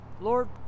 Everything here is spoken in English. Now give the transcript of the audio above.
Lord